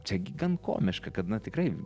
čia gi gan komiška kad na tikrai